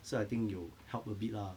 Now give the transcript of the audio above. so I think 有 help a bit lah